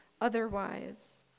otherwise